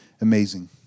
amazing